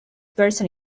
person